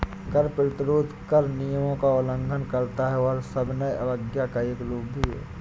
कर प्रतिरोध कर नियमों का उल्लंघन करता है और सविनय अवज्ञा का एक रूप भी है